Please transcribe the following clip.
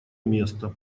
место